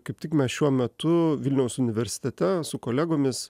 kaip tik mes šiuo metu vilniaus universitete su kolegomis